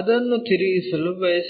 ಅದನ್ನು ತಿರುಗಿಸಲು ಬಯಸುತ್ತೇವೆ